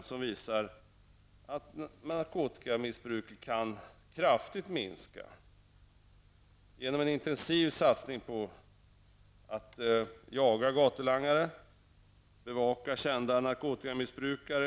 Verksamheten visar att narkotikamissbruket kan kraftigt minska i omfattning genom en intensiv satsning på att jaga gatulangare och bevaka kända narkotikamissbrukare.